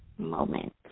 moment